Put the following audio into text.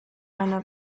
einer